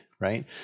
right